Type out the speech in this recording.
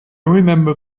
remember